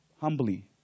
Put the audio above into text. humbly